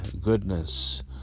goodness